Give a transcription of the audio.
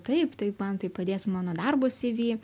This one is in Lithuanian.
taip taip man tai padės mano darbo cv